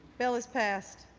bill is passed.